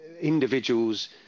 individuals